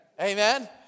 Amen